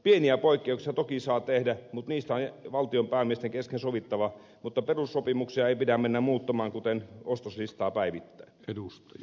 pieniä poikkeuksia toki saa tehdä mutta niistä on valtionpäämiesten kesken sovittava mutta perussopimuksia ei pidä mennä muuttamaan kuten ostoslistaa päivittäin